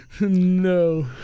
No